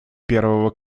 первого